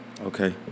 Okay